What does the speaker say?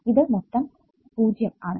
ഇത് മൊത്തം 0 ആണ്